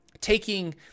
taking